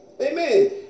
Amen